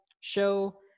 show